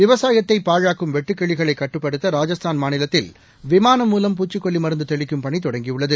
விவசாயத்தை பாழாக்கும் வெட்டுக் கிளிகளை கட்டுப்படுத்த ராஜஸ்தான் மாநிலத்தில் விமானம் மூலம் பூச்சிக்கொல்லி மருந்து தெளிக்கும் பணி தொடங்கியுள்ளது